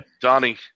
Donnie